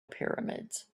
pyramids